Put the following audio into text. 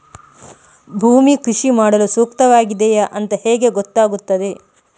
ಭೂಮಿ ಕೃಷಿ ಮಾಡಲು ಸೂಕ್ತವಾಗಿದೆಯಾ ಅಂತ ಹೇಗೆ ಗೊತ್ತಾಗುತ್ತದೆ?